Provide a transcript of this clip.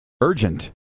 Urgent